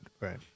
Right